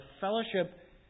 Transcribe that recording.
fellowship